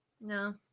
No